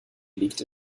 liegt